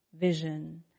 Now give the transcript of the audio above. vision